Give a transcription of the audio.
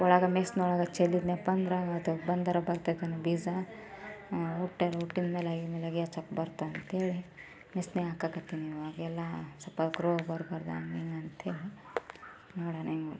ಒಳಗೆ ಮೆಸ್ನೊಳಗೆ ಚೆಲ್ಲಿದ್ನಪ್ಪ ಅಂದ್ರೆ ಆಯ್ತು ಬಂದರೆ ಬರ್ತೈತೇನೋ ಬೀಜ ಉಟ್ಟಾರ ಹುಟ್ಟಿದ್ಮೇಲೆ ಏನಿಲ್ಲ ಅಗಿ ಹಚ್ಚೋಕೆ ಬರ್ತಂಥೇಳಿ ಮೆಸ್ನೇಗ ಹಾಕಾಕ್ಕತ್ತೀನಿ ಇವಾಗೆಲ್ಲ ಸ್ವಲ್ಪ ಕರು ಅವು ಬಾರ್ದಾಂಗ ಹಂಗಿಂಗೆ ಅಂಥೇಳಿ ನೋಡೋಣ ಹೆಂಗೆ ಮಾಡ್ತಾರೆ